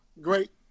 great